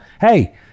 hey